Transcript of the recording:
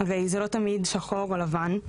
הרי זה לא תמיד שחור או לבן.